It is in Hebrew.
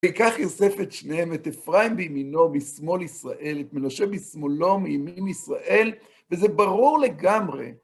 וכך יוסף את שניהם, את אפרים בימינו, משמאל ישראל, את מנשה בשמאלו, מימין ישראל, וזה ברור לגמרי.